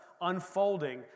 unfolding